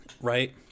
right